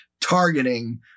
targeting